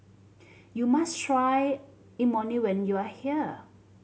you must try Imoni when you are here